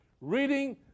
reading